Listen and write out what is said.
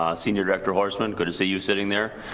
um senior director horseman good to see you sitting there,